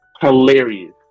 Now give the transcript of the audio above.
Hilarious